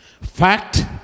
Fact